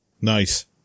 Nice